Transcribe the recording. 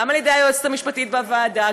גם על-ידי היועצת המשפטית בוועדה,